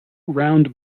round